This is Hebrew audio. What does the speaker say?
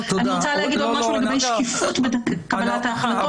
אני רוצה לומר דבר נוסף לגבי שקיפות בקבלת ההחלטות.